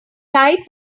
type